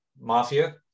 mafia